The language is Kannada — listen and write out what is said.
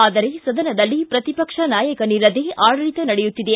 ಆದರೆ ಸದನದಲ್ಲಿ ಪ್ರತಿಪಕ್ಷ ನಾಯಕನಿಲ್ಲದೆ ಆಡಳಿತ ನಡೆಯುತ್ತಿದೆ